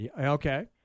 Okay